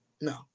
No